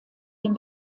den